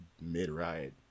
mid-ride